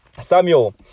Samuel